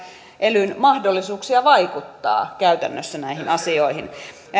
elyn mahdollisuuksia vaikuttaa käytännössä näihin asioihin